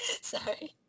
Sorry